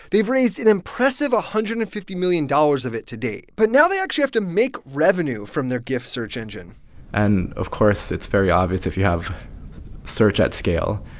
they've raised an impressive one hundred and fifty million dollars of it to date. but now they actually have to make revenue from their gif search engine and of course it's very obvious. if you have search at scale,